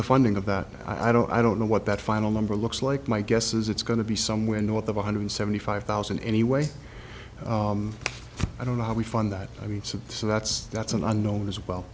the funding of that i don't i don't know what that final number looks like my guess is it's going to be somewhere north of one hundred seventy five thousand anyway i don't know how we fund that i mean it's so that's that's an unknown as well